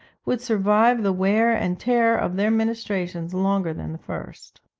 would survive the wear and tear of their ministrations longer than the first.